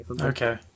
Okay